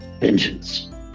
vengeance